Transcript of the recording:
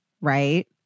right